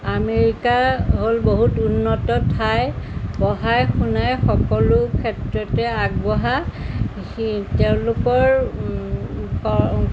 America হ'ল বহুত উন্নত ঠাই পঢ়াই শুনাই সকলো ক্ষেত্ৰতে আগবঢ়া স তেওঁলোকৰ